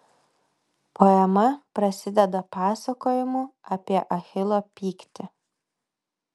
poema prasideda pasakojimu apie achilo pyktį